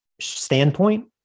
standpoint